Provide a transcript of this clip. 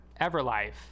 Everlife